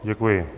Děkuji.